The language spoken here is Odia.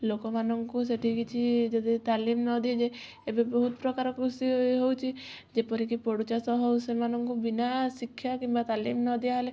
ଲୋକମାନଙ୍କୁ ସେଇଠି କିଛି ଯଦି ତାଲିମ୍ ନ ଦିଆଯାଏ ଏବେ ବହୁତ୍ ପ୍ରକାର କୃଷି ହଉଛି ଯେପରିକି ପୋଡ଼ୁ ଚାଷ ହଉ ସେମାନଙ୍କୁ ବିନା ଶିକ୍ଷା କିମ୍ବା ତାଲିମ୍ ନ ଦିଆ ଗଲେ